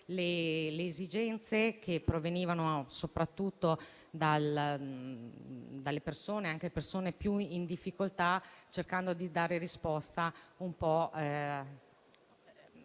le esigenze che provenivano soprattutto dalle persone più in difficoltà, cercando di dare risposta su tutti